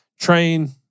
train